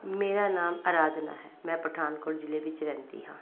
ਮੇਰਾ ਨਾਮ ਅਰਾਧਨਾ ਹੈ ਮੈਂ ਪਠਾਨਕੋਟ ਜ਼ਿਲ੍ਹੇ ਵਿੱਚ ਰਹਿੰਦੀ ਹਾਂ